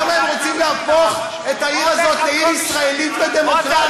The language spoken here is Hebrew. למה הם רוצים להפוך את העיר הזאת לעיר ישראלית ודמוקרטית?